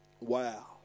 Wow